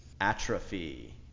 Atrophy